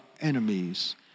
enemies